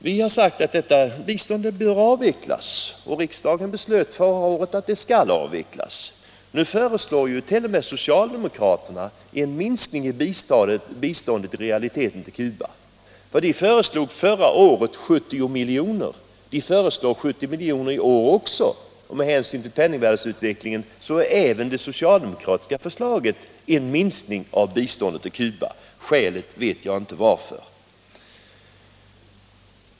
Vi har sagt att detta bistånd bör avvecklas, och riksdagen beslöt förra året att det skall avvecklas. Nu föreslår t.o.m. socialdemokraterna i realiteten en minskning av biståndet till Cuba. De föreslog förra året 70 miljoner. De föreslår 70 miljoner i år också, och med hänsyn till penningvärdesutvecklingen har alltså även socialdemokraterna föreslagit en minskning av biståndet till Cuba. Skälet känner jag inte till.